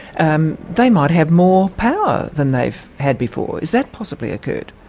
um they might have more power than they've had before. has that possibly occurred?